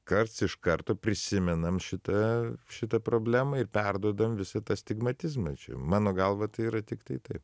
karts iš karto prisimenam šitą šitą problemą ir perduodam visą tą astigmatizmą čia mano galva tai yra tiktai taip